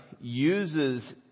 uses